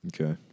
Okay